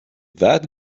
that